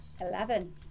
Eleven